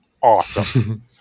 awesome